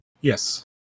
Yes